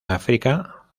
áfrica